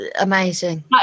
amazing